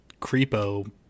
creepo